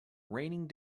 raining